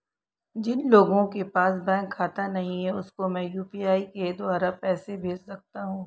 जिन लोगों के पास बैंक खाता नहीं है उसको मैं यू.पी.आई के द्वारा पैसे भेज सकता हूं?